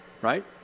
right